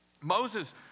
Moses